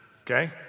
okay